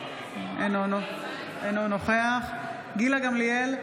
אינו נוכח גילה גמליאל,